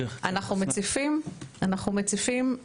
אנחנו מציפים לידיעה